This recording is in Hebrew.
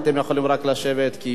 כי באמת שומעים.